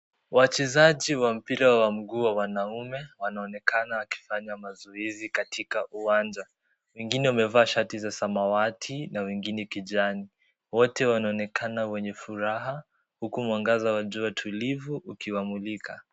Wachezaji wa mpira wa mguu wa wanaume wanaonekana wakifanya mazoezi katika uwanja , wengine wamevaa shati za samawati na wengine kijani . Wote wanaonekana wenye furaha huku mwangaza wa jua tulivu ukiwamulika.